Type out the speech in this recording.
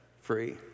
free